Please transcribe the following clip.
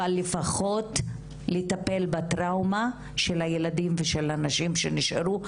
אבל לפחות לטפל בטראומה של הילדים ושל הנשים שנשארו,